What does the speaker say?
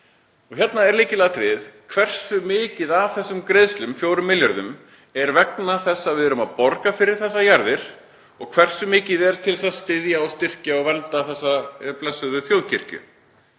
Hér er lykilatriði hversu mikið af þessari greiðslu, 4 milljörðum, er vegna þess að við erum að borga fyrir þessar jarðir og hversu mikið er til að styðja, styrkja og vernda þessa blessuðu þjóðkirkju,